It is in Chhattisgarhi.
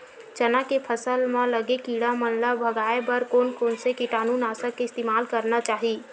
चना के फसल म लगे किड़ा मन ला भगाये बर कोन कोन से कीटानु नाशक के इस्तेमाल करना चाहि?